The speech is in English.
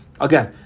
Again